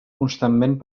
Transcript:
constantment